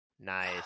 Nice